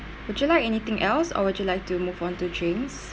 would you like anything else or would you like to move on to drinks